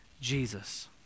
Jesus